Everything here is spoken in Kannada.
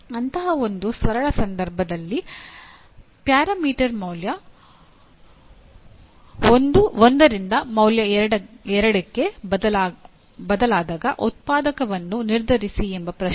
ಅಂತಹ ಒಂದು ಸರಳ ಸಂದರ್ಭದಲ್ಲಿ ಪ್ಯಾರಾಮೀಟರ್ ಮೌಲ್ಯ x1 ರಿಂದ ಮೌಲ್ಯ x2 ಗೆ ಬದಲಾದಾಗ ಉತ್ಪಾದಕವನ್ನು ನಿರ್ಧರಿಸಿ ಎಂಬ ಪ್ರಶ್ನೆ